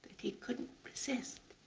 he couldn't resist.